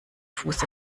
fuß